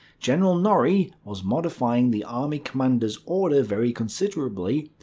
general norrie was modifying the army commander's order very considerably,